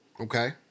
Okay